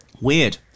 Weird